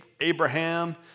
Abraham